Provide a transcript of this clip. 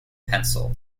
pencil